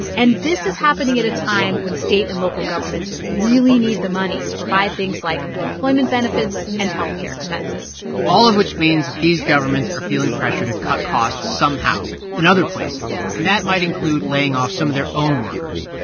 and this is happening at a time when state and local governments really need the money to provide things like unemployment benefits and health care expenses all of which means that these governments are feeling pressure to cut costs somehow in other places, and that might include laying off some of their own workers.